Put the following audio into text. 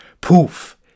poof